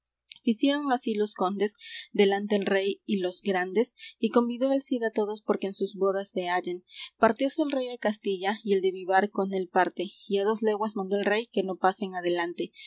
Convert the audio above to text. ficiéronlo así los condes delante el rey y los grandes y convidó el cid á todos porque en sus bodas se hallen partióse el rey á castilla y el de vivar con él parte y á dos leguas mandó el rey que no pasen adelante